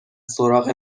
سراغ